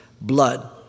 Blood